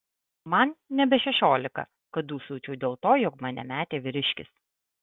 man nebe šešiolika kad dūsaučiau dėl to jog mane metė vyriškis